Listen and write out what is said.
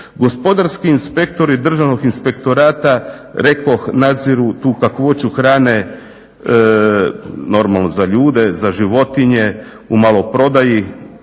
Gospodarski inspektori Državnog inspektorata, rekoh nadziru tu kakvoću hrane, normalno za ljude, za životinje, u maloprodaji